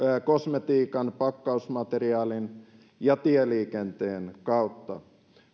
kosmetiikan pakkausmateriaalin ja tieliikenteen kautta